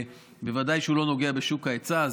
ובוודאי שהוא לא נוגע בשוק ההיצע,